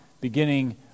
beginning